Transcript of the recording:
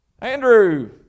Andrew